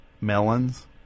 melons